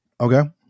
Okay